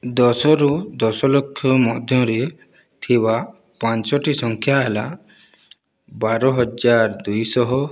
ଦଶରୁ ଦଶ ଲକ୍ଷ ମଧ୍ୟରେ ଥିବା ପାଞ୍ଚଟି ସଂଖ୍ୟାହେଲା ବାର ହଜାର ଦୁଇ ଶହ